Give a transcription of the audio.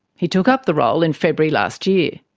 he took up the role in february last year.